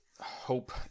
hope